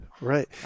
Right